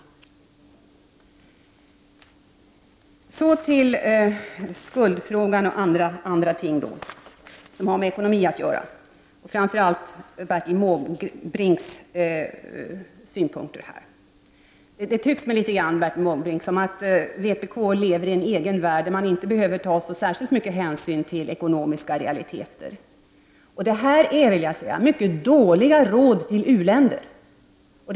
Jag går över till skuldfrågan och annat som har med ekonomi att göra. Det gäller framför allt Bertil Måbrinks synpunkter. Det tycks mig som om vpk lever i en egen värld, där man inte behöver ta så mycket hänsyn till ekonomiska realiteter. Bertil Måbrink ger mycket dåliga råd till u-länderna.